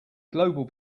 global